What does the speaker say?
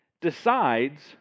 decides